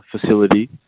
facility